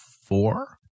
four